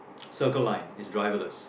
Circle Line is driverless